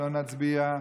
לא נצביע,